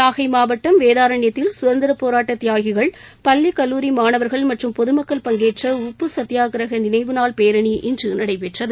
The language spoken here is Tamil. நாகை மாவட்டம் வேதாரண்யத்தில் சுதந்திர போராட்ட தியாகிகள் பள்ளிக் கல்லூரி மாணவர்கள் மற்றும் பொது மக்கள் பங்கேற்ற உப்பு சத்தியா கிரக நினைவு நாள் பேரணி இன்று நடைபெற்றது